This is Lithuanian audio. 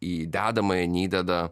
į dedamąją neįdeda